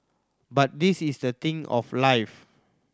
but this is the thing of life